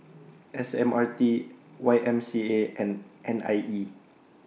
S M R T Y M C A and N I E